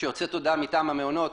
שיוצאת הודעה מטעם המעונות,